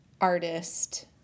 artist